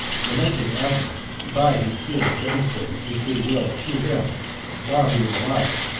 lamenting abner, and by his tears demonstrating his good-will to him while he was alive,